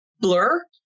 blur